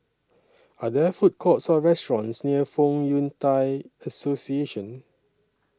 Are There Food Courts Or restaurants near Fong Yun Thai Association